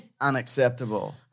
Unacceptable